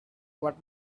but